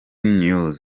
news